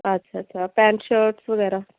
ਅੱਛਾ ਅੱਛਾ pant shirts ਵਗੈਰਾ